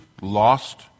lost